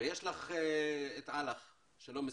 ויש לך את אל"ח שלא מסוגלת.